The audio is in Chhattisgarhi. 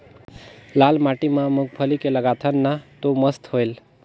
लाल माटी म मुंगफली के लगाथन न तो मस्त होयल?